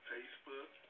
Facebook